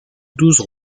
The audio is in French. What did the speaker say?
douze